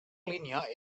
línia